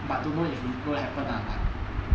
but don't know if he gonna happen lah like